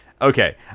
Okay